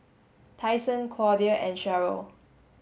Tyson Claudia and Sheryll